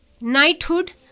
Knighthood